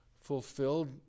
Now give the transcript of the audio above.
fulfilled